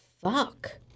fuck